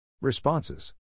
Responses